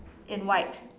in white